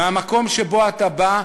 מהמקום שאתה בא,